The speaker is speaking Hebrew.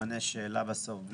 שאלות.